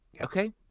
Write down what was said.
okay